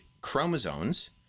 chromosomes